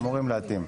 הם אמורים להתאים.